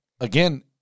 again